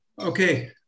Okay